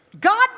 God